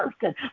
person